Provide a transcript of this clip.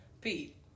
Pete